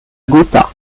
gotha